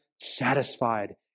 satisfied